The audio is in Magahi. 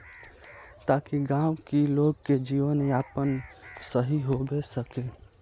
ताकि गाँव की लोग के जीवन यापन सही होबे सके?